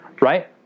right